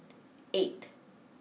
eight